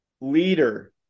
leader